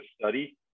study